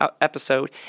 episode